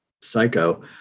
psycho